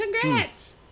Congrats